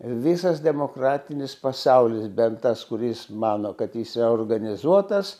visas demokratinis pasaulis bent tas kuris mano kad jis yra organizuotas